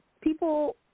people